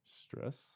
stress